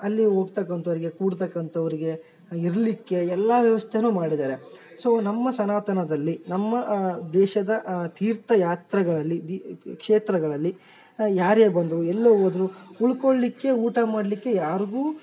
ಅಲ್ಲಿ ಹೋಗ್ತಕ್ಕಂಥವ್ರಿಗೆ ಕೂಡ್ತಕಂಥವ್ರಿಗೆ ಇರಲಿಕ್ಕೆ ಎಲ್ಲ ವ್ಯವಸ್ಥೆ ಮಾಡಿದ್ದಾರೆ ಸೋ ನಮ್ಮ ಸನಾತನದಲ್ಲಿ ನಮ್ಮ ದೇಶದ ತೀರ್ಥಯಾತ್ರಗಳಲ್ಲಿ ಕ್ಷೇತ್ರಗಳಲ್ಲಿ ಯಾರೇ ಬಂದರು ಎಲ್ಲೇ ಹೋದರು ಉಳ್ಕೊಳ್ಳಿಕ್ಕೆ ಊಟ ಮಾಡಲಿಕ್ಕೆ ಯಾರಿಗೂ